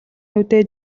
нүдээ